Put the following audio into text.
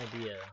idea